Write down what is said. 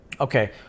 Okay